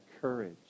courage